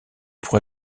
pour